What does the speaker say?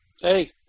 Hey